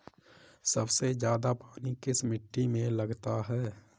सबसे ज्यादा पानी किस मिट्टी में लगता है?